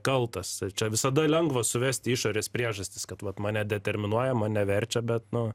kaltas čia visada lengva suvesti išorės priežastis kad vat mane determinuojama mane verčia bet nu